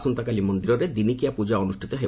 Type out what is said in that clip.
ଆସନ୍ତାକାଲି ମନ୍ଦିରରେ ଦିନିକିଆ ପୂଜା ଅନୁଷ୍ଠିତ ହେବ